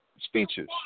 speeches